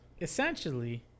Essentially